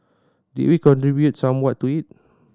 did we contribute somewhat to it